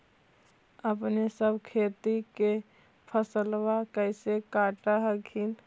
अपने सब खेती के फसलबा कैसे काट हखिन?